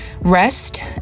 rest